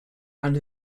and